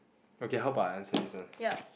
okay how about I answer this one